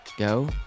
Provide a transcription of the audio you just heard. Go